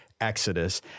Exodus